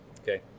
Okay